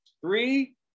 Three